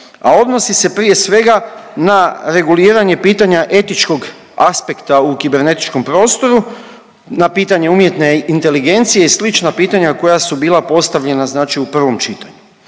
a odnosi se prije svega na reguliranje pitanje etičkog aspekta u kibernetičkom prostoru na pitanje umjetne inteligencije i slična pitanja koja su bila postavljena znači u prvo čitanju.